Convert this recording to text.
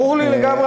ברור לי לגמרי,